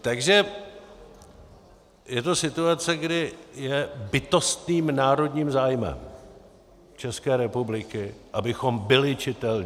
Takže je to situace, kdy je bytostným národním zájmem České republiky, abychom byli čitelní.